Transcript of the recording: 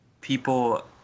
people